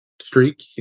streak